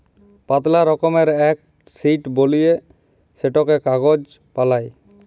পাতলা রকমের এক শিট বলিয়ে সেটকে কাগজ বালাই